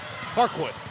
Parkwood